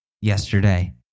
yesterday